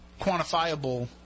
quantifiable